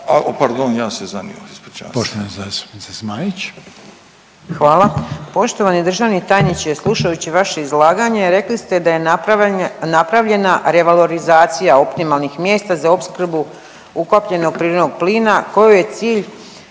Ankica (HDZ)** Hvala. Poštovani državni tajniče rekli ste da je napravljena revalorizacija optimalnih mjesta za opskrbu ukapljenog prirodnog plina kojoj je cilj